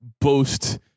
boast